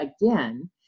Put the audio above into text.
again